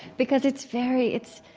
because it's very it's,